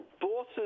bosses